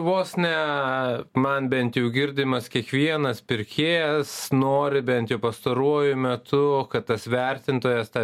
vos ne man bent jau girdimas kiekvienas pirkėjas nori bent jau pastaruoju metu kad tas vertintojas tą